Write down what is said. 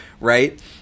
right